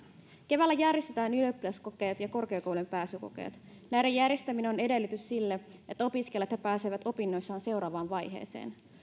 keväällä järjestetään ylioppilaskokeet ja korkeakoulujen pääsykokeet näiden järjestäminen on edellytys sille että opiskelijat pääsevät opinnoissaan seuraavaan vaiheeseen